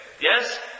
Yes